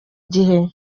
gihe